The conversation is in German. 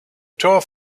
tor